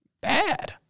bad